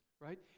right